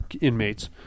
inmates